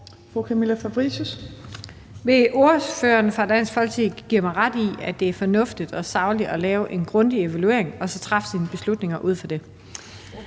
Camilla Fabricius (S): Vil ordføreren for Dansk Folkeparti give mig ret i, at det er fornuftigt og sagligt at lave en grundig evaluering og så træffe sine beslutninger ud fra det?